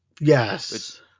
yes